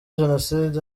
jenoside